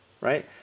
right